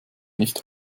nicht